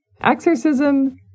exorcism